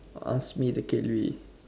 ask me the கேள்வி:keelvi